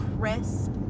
crisp